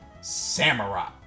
Samurai